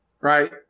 Right